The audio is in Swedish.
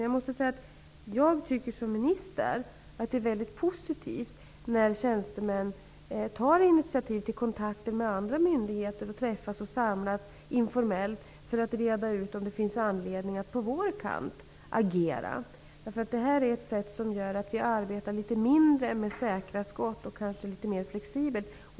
Jag måste säga att jag som minister tycker att det är väldigt positivt att tjänstemän tar initiativ till kontakter med andra myndigheter för att träffas informellt för att reda ut om det finns anledning att på vår kant agera. Det här är ett sätt som gör att vi arbetat litet mindre med säkra skott och kanske litet mer flexibelt.